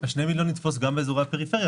ה-2 מיליון יתפוס גם באזורי הפריפריה.